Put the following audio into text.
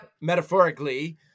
metaphorically